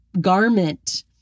garment